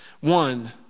One